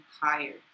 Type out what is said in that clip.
higher